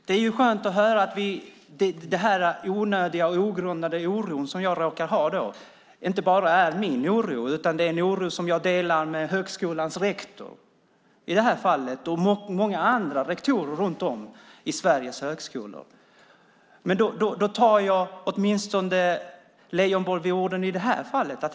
Det är skönt att höra att den onödiga och ogrundade oro som jag råkar ha inte bara är min oro. Det är en oro som jag i det här fallet delar med högskolans rektor och många andra rektorer runt om i Sveriges högskolor. Jag ska åtminstone ta Leijonborg på orden i det här fallet.